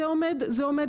זה עומד לקרות.